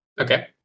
Okay